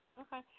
Okay